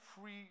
free